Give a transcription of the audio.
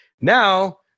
Now